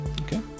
Okay